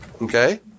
Okay